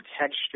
texture